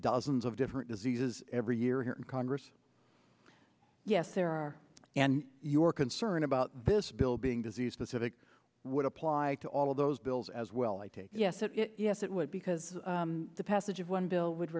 dozens of different diseases every year here in congress yes there are and your concern about this bill being disease specific would apply to all of those bills as well yes it yes it would because the passage of one bill would